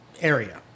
area